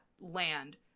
land